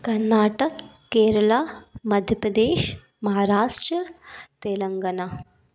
Karnataka Kerala Madhya Pradesh Maharashtra Telangana